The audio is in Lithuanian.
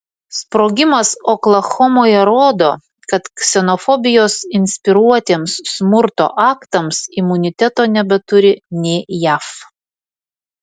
sprogimas oklahomoje rodo kad ksenofobijos inspiruotiems smurto aktams imuniteto nebeturi nė jav